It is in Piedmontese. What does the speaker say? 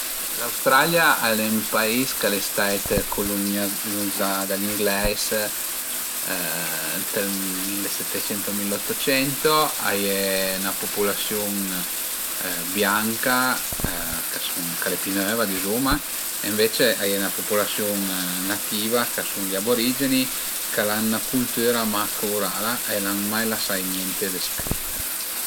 L'Australia al e ün pais ch'al e stait culunizà da gli ingleis ënt ël millesettecento, milleottocento, a ie 'na pupulasiun bianca ch'a sun, ch'al e pi növa dizuma e ënvece a ie 'na pupulasiun nativa ch'a sun i aborigeni ch'al an 'na cultüra mach urala e al an mai lasà niente dë scrit